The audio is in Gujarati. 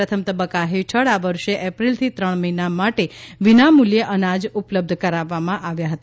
પ્રથમ તબક્કા હેઠળ આ વર્ષે એપ્રિલથી ત્રણ મહિના માટે વિનામુલ્યે અનાજ ઉપલબ્ધ કરાવવામાં આવ્યા હતા